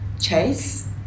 chase